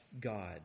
god